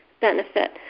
benefit